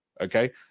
okay